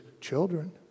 children